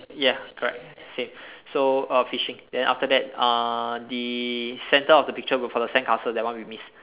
ya correct same so uh fishing then after that uh the centre of the picture for the sandcastle that one we miss